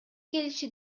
келиши